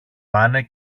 πάνε